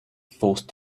forced